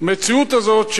והמציאות הזאת,